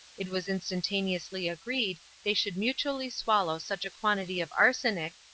it was instantaneously agreed they should mutually swallow such a quantity of arsenic,